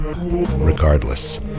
Regardless